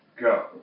go